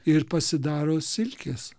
ir pasidaro silkės